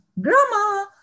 Grandma